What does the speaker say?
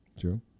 True